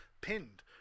pinned